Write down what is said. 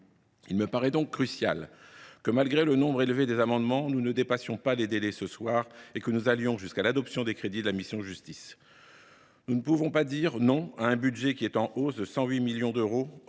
Il me paraît donc crucial que, malgré le nombre élevé d’amendements, nous ne dépassions pas les délais ce soir et que nous allions jusqu’à l’adoption des crédits de la mission « Justice ». En effet, nous ne pouvons pas dire non à un budget qui est en hausse de 108 millions d’euros,